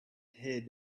hid